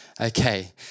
Okay